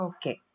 Okay